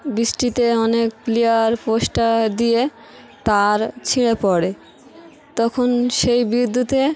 বৃষ্টিতে অনেক পোস্টার দিয়ে তার ছিঁড়ে পড়ে তখন সেই বিদ্যুতে